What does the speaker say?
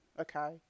okay